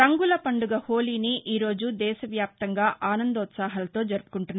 రంగుల పండుగ హోలీని ఈ రోజు దేశవ్యాప్తంగా ఆనందోత్సాహాలతో జరుపుకుంటున్నారు